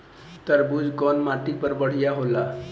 तरबूज कउन माटी पर बढ़ीया होला?